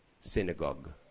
synagogue